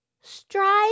Strive